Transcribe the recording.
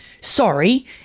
sorry